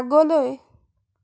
আগলৈ